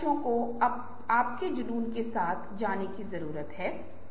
कार्यान्वयन के लिए सारांश कॉलम में नीचे लिखा जा सकता है